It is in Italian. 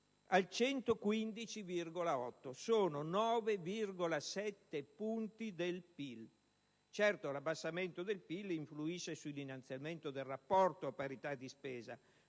del PIL: sono 9,7 punti di PIL. Certo, l'abbassamento del PIL influisce sull'innalzamento del rapporto a parità di spesa,